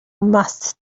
must